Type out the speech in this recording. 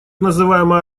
называемая